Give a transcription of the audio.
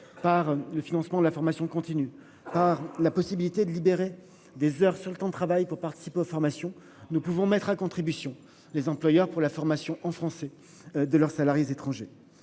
par le financement de la formation continue à la possibilité de libérer des heures sur le temps de travail pour participer aux formations, nous pouvons mettre à contribution les employeurs pour la formation en français. De leurs salariés étrangers.